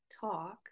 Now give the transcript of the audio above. talk